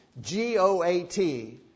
G-O-A-T